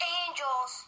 angels